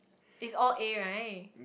it's all A right